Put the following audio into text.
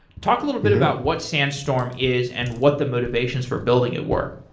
talk a little bit about what sandstorm is and what the motivations for building it were.